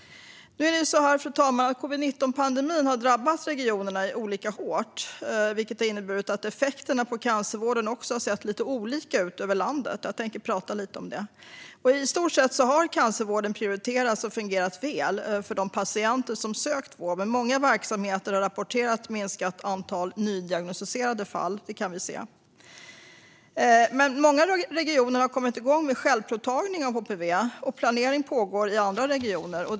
Nu är det så här, fru talman, att covid-19-pandemin har drabbat regionerna olika hårt. Det har inneburit att även effekterna på cancervården har sett olika ut över landet, och jag tänkte prata lite om det. I stort sett har cancervården prioriterats och fungerat väl för de patienter som sökt vård. Vi kan dock se att många verksamheter har rapporterat ett minskat antal nydiagnosticerade fall. Många regioner har kommit igång med självprovtagning för HPV, och planering pågår i andra regioner.